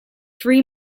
three